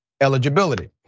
eligibility